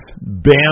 Bam